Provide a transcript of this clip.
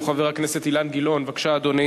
ובכן, 17 תומכים, אין מתנגדים, אין נמנעים.